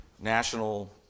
national